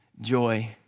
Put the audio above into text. joy